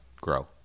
grow